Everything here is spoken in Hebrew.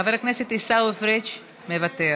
חבר הכנסת עיסאווי פריג' מוותר,